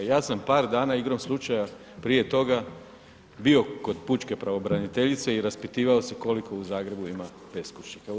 Ja sam par dana igrom slučaja prije toga bio kod pučke pravobraniteljice i raspitivao se koliko u Zagrebu ima beskućnika.